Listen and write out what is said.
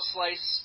Slice